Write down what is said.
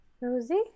Rosie